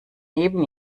neben